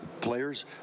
players